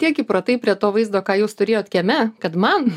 tiek įpratai prie to vaizdo ką jūs turėjot kieme kad man